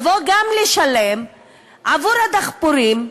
יבוא גם לשלם עבור הדחפורים,